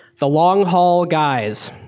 the long haul guys.